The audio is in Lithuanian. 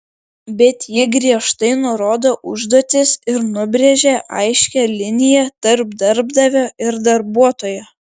bet ji griežtai nurodo užduotis ir nubrėžia aiškią liniją tarp darbdavio ir darbuotojo